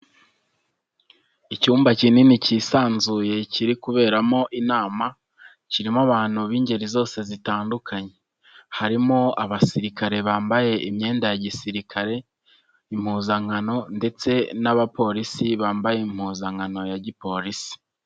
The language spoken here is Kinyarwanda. Icyumba kinini kisanzuye kiri kuberamo inama, kirimo abantu b'ingeri zose zitandukanye. Harimo abasirikare bambaye imyenda ya gisirikare impuzankano ndetse n'abapolisi bambaye impuzankano ya gipolisi.